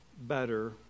better